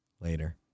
later